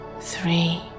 three